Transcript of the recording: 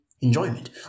enjoyment